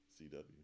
CW